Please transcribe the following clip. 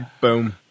Boom